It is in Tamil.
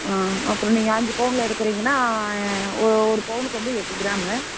ஆ அப்புறம் நீங்கள் அஞ்சு பிவுனில் எடுக்குறீங்கன்னா ஒரு ஒரு பவுனுக்கு வந்து எட்டு கிராம்மு